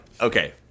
Okay